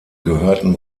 gehörten